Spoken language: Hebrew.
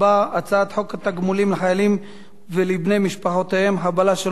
ההצעה להעביר את הצעת חוק לתיקון פקודת התעבורה (מס' 108)